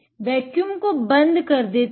vacuum को बंद कर देते हैं